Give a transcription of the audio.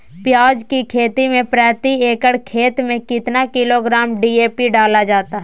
प्याज की खेती में प्रति एकड़ खेत में कितना किलोग्राम डी.ए.पी डाला जाता है?